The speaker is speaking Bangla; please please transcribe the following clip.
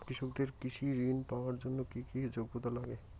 কৃষকদের কৃষি ঋণ পাওয়ার জন্য কী কী যোগ্যতা লাগে?